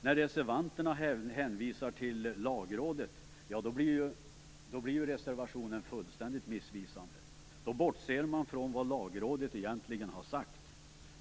När reservanterna hänvisar till Lagrådet blir reservationen fullständigt missvisande. Då bortser man från vad Lagrådet egentligen har sagt.